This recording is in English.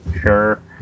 sure